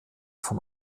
vom